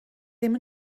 ddim